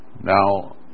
Now